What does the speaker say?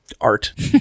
art